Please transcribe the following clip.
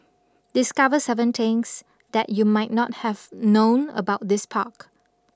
discover seven things that you might not have known about this park